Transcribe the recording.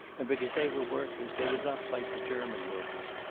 and because they were workers they would not fight the german workers.